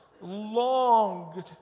longed